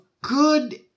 good